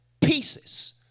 pieces